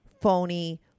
phony